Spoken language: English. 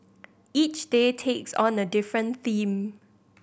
each day takes on a different theme